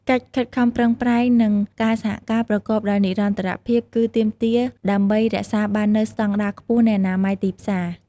កិច្ចខិតខំប្រឹងប្រែង និងការសហការប្រកបដោយនិរន្តរភាពគឺទាមទារដើម្បីរក្សាបាននូវស្តង់ដារខ្ពស់នៃអនាម័យទីផ្សារ។